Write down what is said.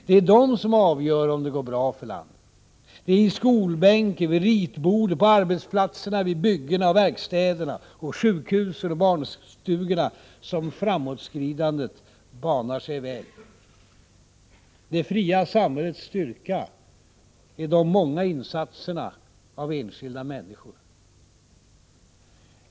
Det är de som avgör om det går bra för landet. Det är i skolbänken, vid ritbordet, på arbetsplatserna vid byggena och verkstäderna och sjukhusen och barnstugorna, som framåtskridandet banar sig väg; det fria samhällets styrka är de många insatserna av enskilda människor.